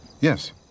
Yes